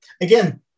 Again